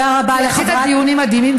כי עשית דיונים מדהימים,